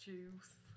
Juice